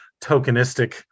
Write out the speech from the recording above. tokenistic